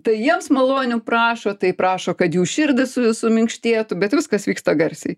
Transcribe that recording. tai jiems malonių prašo tai prašo kad jų širdys su suminkštėtų bet viskas vyksta garsiai